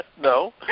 No